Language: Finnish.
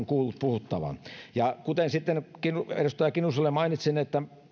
kuullut puhuttavan ja kuten edustaja kinnuselle mainitsin että